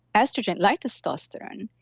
estrogen, like testosterone,